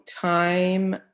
time